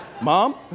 Mom